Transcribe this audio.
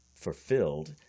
fulfilled